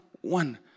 one